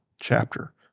chapter